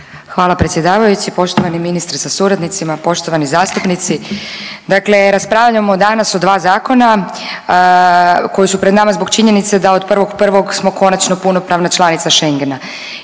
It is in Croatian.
Hvala predsjedavajući. Poštovani ministre sa suradnicima, poštovani zastupnici. Dakle raspravljamo danas o dva zakona koji su pred nama zbog činjenice da od 1.1. smo konačno punopravna članica Schengena